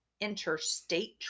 interstate